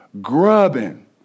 grubbing